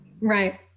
Right